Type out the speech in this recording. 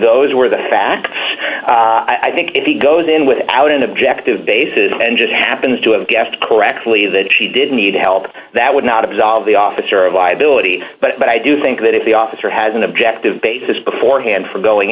those were the facts i think if he goes in without an objective basis and just happens to have guessed correctly that she did need help that would not absolve the officer of liability but i do think that if the officer has an objective basis beforehand for going